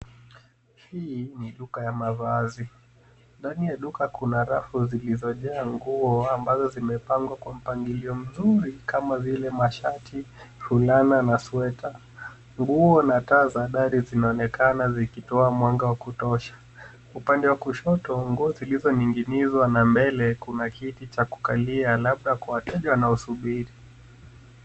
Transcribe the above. Hii ni duka ya mavazi. Ndani ya duka kuna rafu zilizojaa nguo ambazo zimepangiliwa kwa mpangilio mzuri kama vile mashati, fulana na sweta. Nguo na taa za dari zinaonekana zikitoa mwanga wa kutosha. Upande wa kushoto nguo zilizoning'inizwa, na mbele kuna kiti cha kukalia labda kwa wateja wanaosubiri.